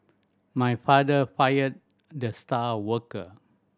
my father fired the star worker